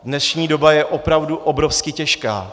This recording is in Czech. Dnešní doba je opravdu obrovsky těžká.